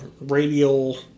radial